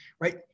right